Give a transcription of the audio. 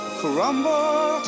crumble